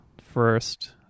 first